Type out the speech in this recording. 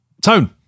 Tone